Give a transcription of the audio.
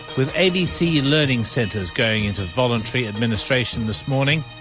with abc learning centres going into voluntary administration this morning,